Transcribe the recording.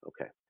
Okay